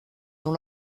dans